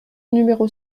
numéro